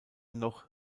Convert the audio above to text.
noch